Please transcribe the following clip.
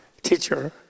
teacher